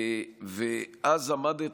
ואז עמדת,